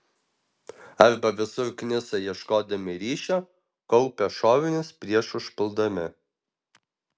arba visur knisa ieškodami ryšio kaupia šovinius prieš užpuldami